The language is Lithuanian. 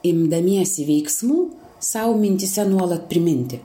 imdamiesi veiksmų sau mintyse nuolat priminti